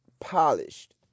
polished